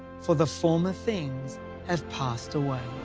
for the former things have passed away.